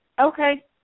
Okay